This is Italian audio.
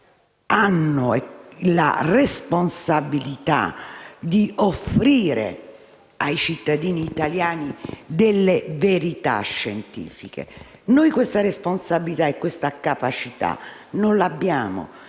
hanno la responsabilità di offrire ai cittadini italiani delle verità scientifiche. Noi non abbiamo questa responsabilità e questa capacità e non possiamo